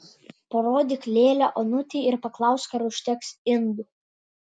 parodyk lėlę onutei ir paklausk ar užteks indų